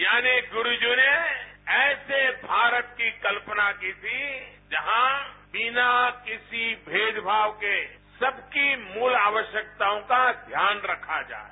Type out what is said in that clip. यानि गुरूजी ने ऐसे भारत की कल्पना की थी जहां बिना किसी भेदभाव के सबकी मूल आवश्यकताओं का ध्यान रखा जाये